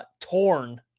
torn